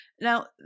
Now